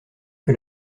que